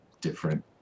different